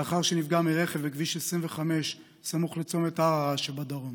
לאחר שנפגע מרכב בכביש 25 סמוך לצומת ערערה שבדרום.